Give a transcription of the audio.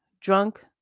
drunk